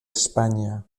españa